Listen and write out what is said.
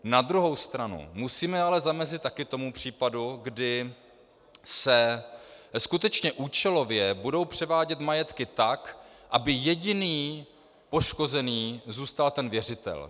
Na druhou stranu musíme ale zamezit také tomu případu, kdy se skutečně účelově budou převádět majetky tak, aby jediný poškozený zůstal věřitel.